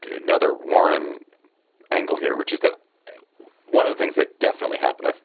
another warren angle here, which is that one of the things that definitely happened.